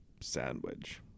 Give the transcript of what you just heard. sandwich